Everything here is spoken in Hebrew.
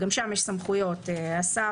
גם שם יש סמכויות: השר,